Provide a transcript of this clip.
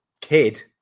kid